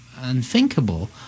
unthinkable